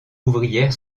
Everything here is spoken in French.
ouvrière